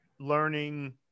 learning